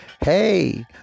Hey